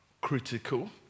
critical